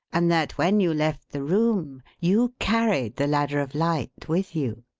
and that when you left the room you carried the ladder of light with you.